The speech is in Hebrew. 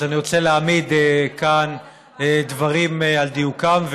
אז אני רוצה להעמיד כאן דברים על דיוקם,